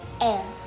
air